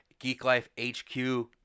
GeekLifeHQ